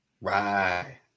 Right